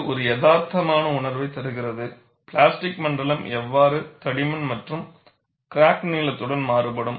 இது ஒரு யதார்த்தமான உணர்வைத் தருகிறது பிளாஸ்டிக் மண்டலம் எவ்வாறு தடிமன் மற்றும் கிராக் நீளத்துடன் மாறுபடும்